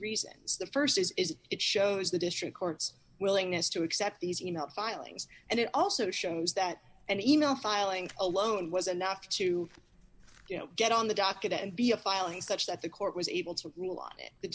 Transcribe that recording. reasons the st is it shows the district court's willingness to accept these e mails filings and it also shows that an e mail filing alone was enough to you know get on the docket and be a filing such that the court was able to rule on the